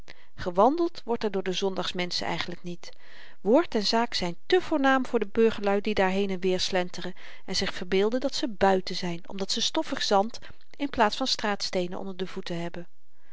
gewandeld wordt er door de zondagsmenschen eigenlyk niet woord en zaak zyn te voornaam voor de burgerlui die daar heen-en-weer slenteren en zich verbeelden dat ze buiten zyn omdat ze stoffig zand in plaats van straatsteenen onder de voeten hebben